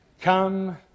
Come